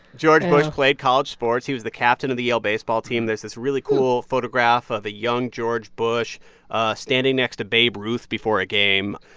george bush played college sports. he was the captain of the yale baseball team. there's this really cool photograph of the young george bush ah standing next to babe ruth before a game.